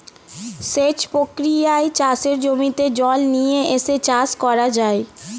সেচ প্রক্রিয়ায় চাষের জমিতে জল নিয়ে এসে চাষ করা যায়